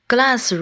Glass